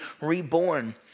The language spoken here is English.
reborn